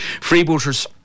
Freebooters